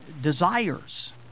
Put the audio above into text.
desires